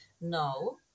No